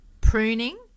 pruning